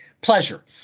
pleasure